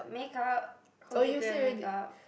make-up collagen make-up